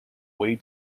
way